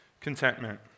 contentment